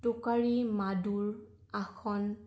টোকাৰী মাদুৰ আসন